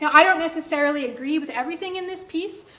yeah i don't necessarily agree with everything in this piece,